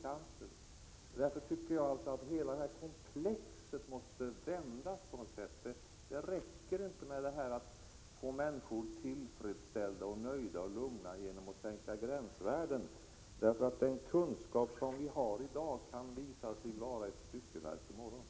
Därför måste hela detta komplex vändas. Det räcker inte att göra människor tillfredsställda, nöjda och lugna genom att sänka gränsvärden, då den kunskap som vi har i dag kan visa sig vara ett styckeverk i morgon.